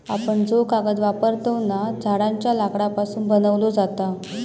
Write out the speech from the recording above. आपण जो कागद वापरतव ना, झाडांच्या लाकडापासून बनवलो जाता